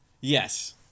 Yes